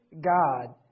God